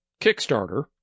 Kickstarter